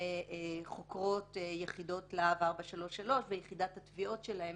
חוקרות יחידות להב 433 ויחידת התביעות שלהם